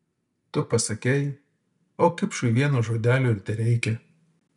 tu pasakei o kipšui vieno žodelio ir tereikia